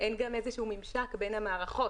אין גם איזשהו ממשק בין המערכות.